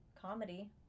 comedy